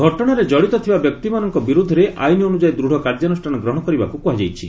ଘଟଣାରେ ଜଡ଼ିତ ଥିବା ବ୍ୟକ୍ତିମାନଙ୍କ ବିରୋଧରେ ଆଇନ ଅନୁଯାୟୀ ଦୂଡ଼ କାର୍ଯ୍ୟାନୁଷ୍ଠାନ ଗ୍ରହଣ କରିବାକୁ କୁହାଯାଇଛି